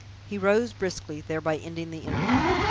he rose briskly, thereby ending the interview.